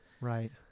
Right